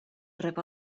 rep